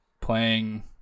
playing